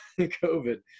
covid